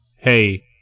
hey